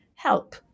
Help